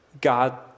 God